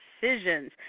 decisions